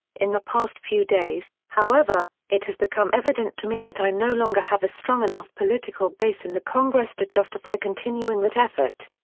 in the past few days, however, it has become evident to me that i no longer have a strong enough political base in the congress to justify continuing that effort.